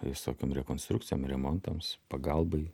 visokiom rekonstrukcijom remontams pagalbai